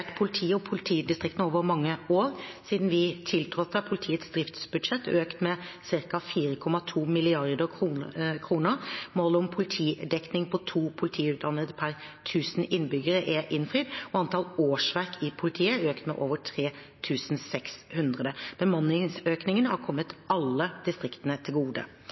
og politidistriktene over mange år. Siden vi tiltrådte, har politiets driftsbudsjett økt med ca. 4,2 mrd. kr, målet om en politidekning på to politiutdannede per tusen innbyggere er innfridd, og antall årsverk i politiet har økt med over 3 600. Bemanningsøkningen har kommet alle distriktene til gode.